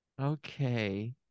Okay